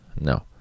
No